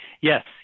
Yes